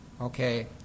Okay